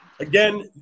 Again